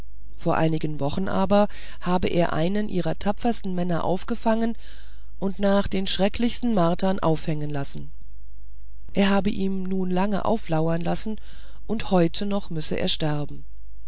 vor einigen wochen aber habe er einen ihrer tapfersten männer aufgefangen und nach den schrecklichsten martern aufhängen lassen er habe ihm nun lange auflauern lassen und heute noch müsse er sterben